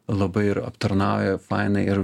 labai ir aptarnauja faina ir